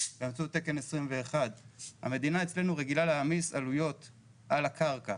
תקן 21. המדינה אצלנו רגילה להעמיס עלויות על הקרקע.